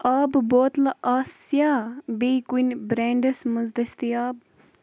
آبہٕ بوتلہٕ آسیٛا بیٚیہِ کُنہِ برٛٮ۪نڈَس منٛز دٔستِیاب